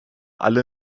alle